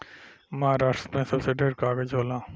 महारास्ट्र मे सबसे ढेर कागज़ होला